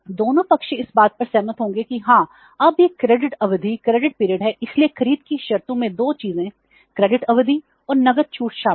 दोनों पक्ष इस बात पर सहमत होंगे कि हाँ अब यह क्रेडिट अवधि है इसलिए खरीद की शर्तों में 2 चीजें क्रेडिट अवधि और नकद छूट शामिल हैं